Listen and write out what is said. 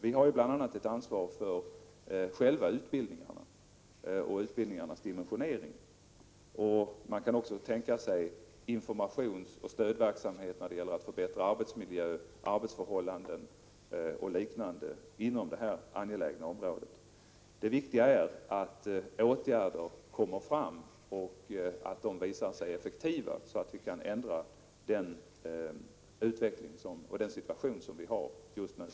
Vi har bl.a. ett anslag för utbildningarna och deras dimensionering. Man kan också tänka sig informationsoch stödverksamhet när det gäller att förbättra arbetsmiljön, arbetsförhållanden och liknande inom detta angelägna område. Det viktiga är att åtgärder kommer fram och att de visar sig effektiva, så att den utveckling vi har i dag kan förändras.